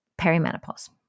perimenopause